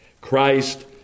Christ